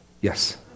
yes